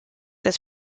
his